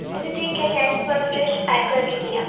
جی ٹھیک ہے یہ اکوافریش پیک کر دیجئے آپ